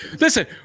Listen